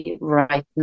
right